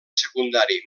secundari